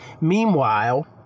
Meanwhile